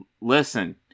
Listen